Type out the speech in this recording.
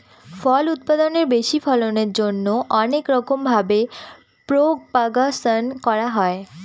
ফল উৎপাদনের বেশি ফলনের জন্যে অনেক রকম ভাবে প্রপাগাশন করা হয়